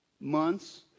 months